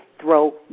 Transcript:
throw